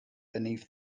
beneath